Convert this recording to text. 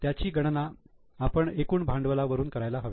त्याची गणना आपण एकूण भांडवलावरून करायला हवी